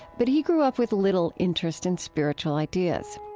but he grew up with little interest in spiritual ideas.